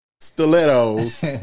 stilettos